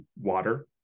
water